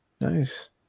Nice